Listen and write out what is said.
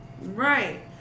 right